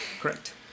Correct